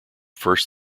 first